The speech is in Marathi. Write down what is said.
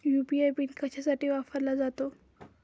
यू.पी.आय पिन कशासाठी वापरला जातो?